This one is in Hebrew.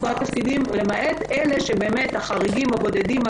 למעט החריגים והבודדים,